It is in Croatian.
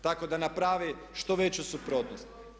Tako da naprave što veću suprotnost.